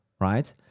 right